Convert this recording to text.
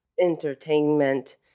entertainment